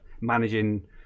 managing